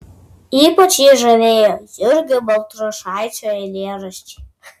ypač jį žavėjo jurgio baltrušaičio eilėraščiai